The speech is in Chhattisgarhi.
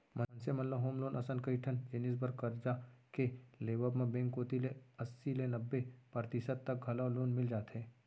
मनसे मन ल होम लोन असन कइ ठन जिनिस बर करजा के लेवब म बेंक कोती ले अस्सी ले नब्बे परतिसत तक घलौ लोन मिल जाथे